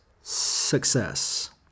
success